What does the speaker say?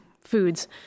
foods